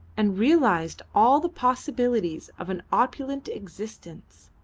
and realised all the possibilities of an opulent existence.